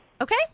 Okay